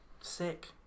sick